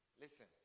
Listen